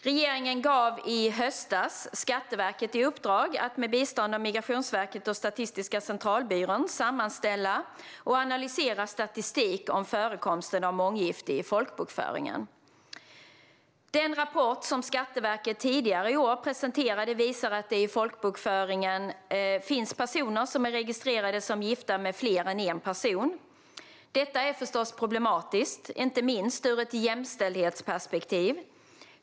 Regeringen gav i höstas Skatteverket i uppdrag att, med bistånd av Migrationsverket och Statistiska centralbyrån, sammanställa och analysera statistik om förekomsten av månggifte i folkbokföringen. Den rapport som Skatteverket tidigare i år presenterade visar att det i folkbokföringen finns personer som är registrerade som gifta med fler än en person. Detta är förstås problematiskt, inte minst ur ett jämställdhetsperspektiv.